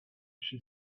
she